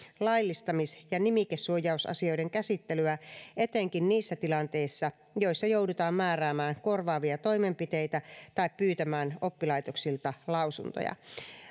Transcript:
laillistamis ja nimikesuojausasioiden käsittelyä etenkin niissä tilanteissa joissa joudutaan määräämään korvaavia toimenpiteitä tai pyytämään oppilaitoksilta lausuntoja